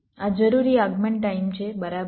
આ જરૂરી આગમન ટાઈમ છે બરાબર